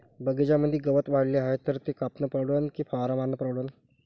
बगीच्यामंदी गवत वाढले हाये तर ते कापनं परवडन की फवारा मारनं परवडन?